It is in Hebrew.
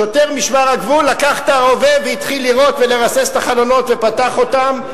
שוטר משמר הגבול לקח את הרובה והתחיל לירות ולרסס את החלונות ופתח אותם,